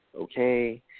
Okay